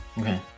Okay